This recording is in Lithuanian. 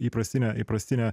įprastinė įprastinė